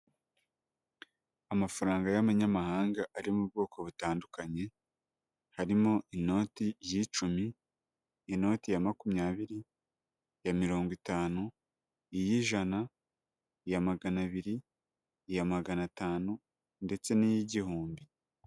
Amafaranga y'amanyamahanga ari mu bwoko butandukanye, harimo inoti z'icumi, inoti ya makumyabiri, iya mirongo itanu, iy'ijana, iya magana abiri, iya magana atanu ndetse n'iy'igihumbi.